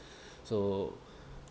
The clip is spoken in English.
so